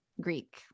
Greek